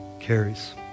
carries